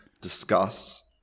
discuss